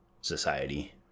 society